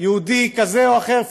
ואומר יהודי כזה או אחר,